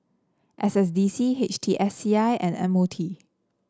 S S D C H T S C I and M O T